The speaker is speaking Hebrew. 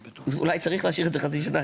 אולי צריך להשאיר את זה חצי שנה,